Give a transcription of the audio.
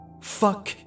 Fuck